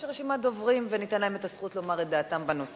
יש רשימת דוברים וניתן להם את הזכות לומר את דעתם בנושא.